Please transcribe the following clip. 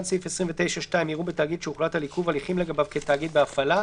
סעיף 29(2) יראו בתאגיד שהוחלט על עיכוב הליכים לגביו כתאגיד בהפעלה,